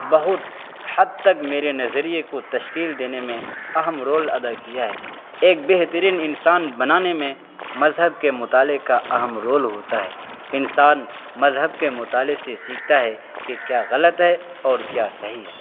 بہت حد تک میرے نظریے کو تشکیل دینے میں اہم رول ادا کیا ہے ایک بہترین انسان بنانے میں مذہب کے مطالعے کا اہم رول ہوتا ہے انسان مذہب کے مطالعے سے سیکھتا ہے کہ کیا غلط ہے اور کیا صحیح ہے